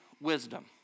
wisdom